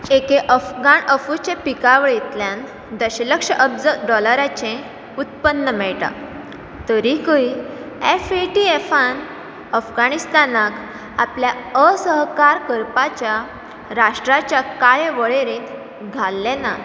एके अफगाण अफूचे पिकावळींतल्यान दशलक्ष अब्ज डॉलराचें उत्पन्न मेळटा तरीकय एफएटीएफान अफगाणिस्तानाक आपल्या असहकार करपाच्या राष्ट्राच्या काळे वळेरेंत घाल्लें ना